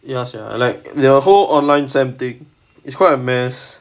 ya sia I like their whole online semester thing it's quite a mess